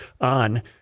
on